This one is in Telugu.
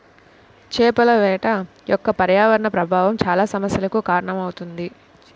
చేపల వేట యొక్క పర్యావరణ ప్రభావం చాలా సమస్యలకు కారణమవుతుంది